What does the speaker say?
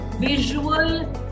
visual